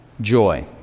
joy